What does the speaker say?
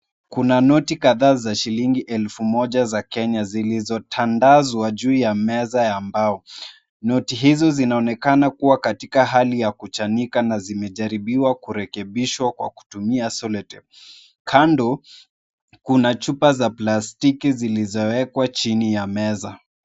Kuna noti kadhaa za shilingi elfu moja za Kenya zilizotandazwa juu ya meza ya mbao. Noti hizo zinaonekana kuwa katika hali ya kuchanika na zimejaribiwa kurekebishwa kwa kutumia cellotape . Kando kuna chupa za plastiki zilizowekwa chini ya meza.